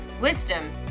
wisdom